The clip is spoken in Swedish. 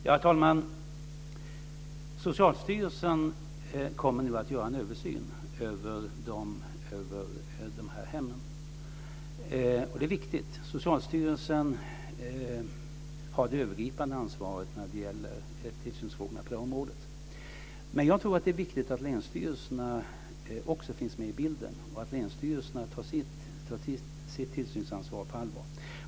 Herr talman! Socialstyrelsen kommer nu att göra en översyn över dessa hem. Det är viktigt. Socialstyrelsen har det övergripande ansvaret när det gäller tillsynsfrågorna på detta område. Men jag tror att det är viktigt att länsstyrelserna också finns med i bilden och att de tar sitt tillsynsansvar på allvar.